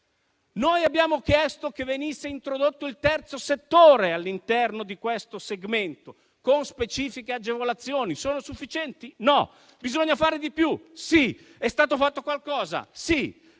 Noi abbiamo chiesto che venisse introdotto il terzo settore all'interno di questo segmento, con specifiche agevolazioni. Sono sufficienti? No. Bisogna fare di più? Sì. È stato fatto qualcosa? Sì.